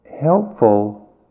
helpful